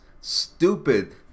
stupid